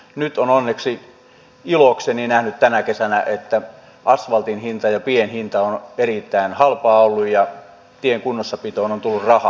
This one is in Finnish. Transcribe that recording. nyt olen onneksi ilokseni nähnyt tänä kesänä että asfaltin hinta ja pien hinta on erittäin halpaa ollut ja tien kunnossapitoon on tullut rahaa